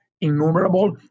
innumerable